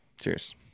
Cheers